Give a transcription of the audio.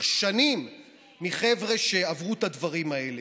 שנים מחבר'ה שעברו את הדברים האלה: